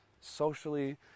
Socially